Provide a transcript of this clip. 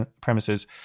premises